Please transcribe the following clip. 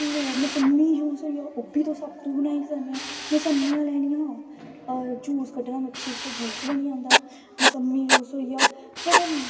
mosambi juice होईया ओह् बी तुस अपैं बनाई सकने मसम्मियां लैनियां जूय कड्डना मिक्सी च ते जूस बनी जंदा मसम्मी जूस होईया फिर